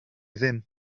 ddim